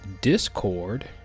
discord